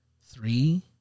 three